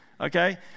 Okay